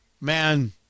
Man